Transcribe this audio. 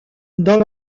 dans